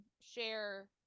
share